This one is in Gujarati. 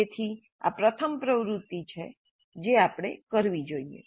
તેથી આ પ્રથમ પ્રવૃત્તિ છે જે આપણે કરવી જોઈએ